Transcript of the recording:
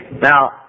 Now